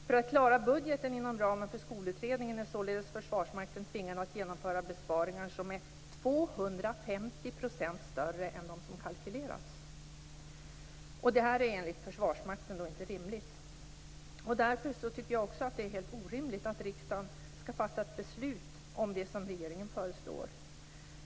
För att klara budgeten inom ramen för skolutredningen är således Försvarsmakten tvingad att genomföra besparingar som är 250 % större än dem som kalkylerats. Detta är enligt Försvarsmakten inte rimligt. Därför tycker jag också att det är helt orimligt att riksdagen skall fatta ett beslut om det som regeringen föreslår.